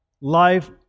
life